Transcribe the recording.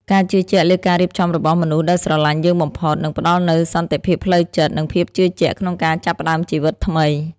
ការជឿជាក់លើការរៀបចំរបស់មនុស្សដែលស្រឡាញ់យើងបំផុត នឹងផ្ដល់នូវសន្តិភាពផ្លូវចិត្ត និងភាពជឿជាក់ក្នុងការចាប់ផ្តើមជីវិតថ្មី។